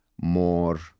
more